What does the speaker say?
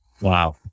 wow